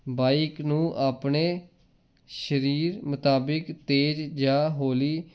bike ਨੂੰ ਆਪਣੇ ਸਰੀਰ ਮੁਤਾਬਿਕ ਤੇਜ਼ ਜਾਂ ਹੌਲੀ